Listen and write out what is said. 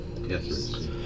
Yes